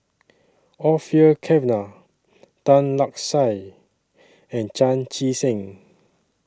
Orfeur Cavenagh Tan Lark Sye and Chan Chee Seng